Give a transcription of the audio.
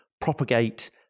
propagate